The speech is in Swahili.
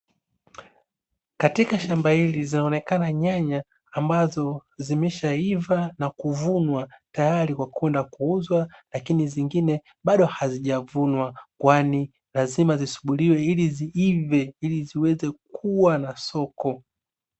Katika shamba hili zinazoonekana nyanya ambazo zimeishaiva na kuvunwa tayari kwa kwenda kuuzwa, lakini zingine bado hazijavunwa kwani lazima zisubiliwe ili ziive ili ziweze kuwa na soko.